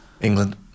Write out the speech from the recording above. England